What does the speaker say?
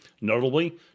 Notably